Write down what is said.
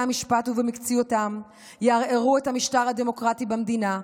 המשפט ובמקצועיותם יערערו את המשטר הדמוקרטי במדינה,